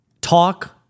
talk